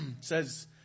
says